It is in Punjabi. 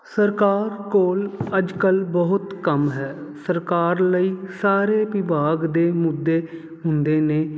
ਸਰਕਾਰ ਕੋਲ ਅੱਜ ਕੱਲ ਬਹੁਤ ਕੰਮ ਹੈ ਸਰਕਾਰ ਲਈ ਸਾਰੇ ਵਿਭਾਗ ਦੇ ਮੁੱਦੇ ਹੁੰਦੇ ਨੇ